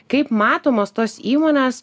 kaip matomos tos įmonės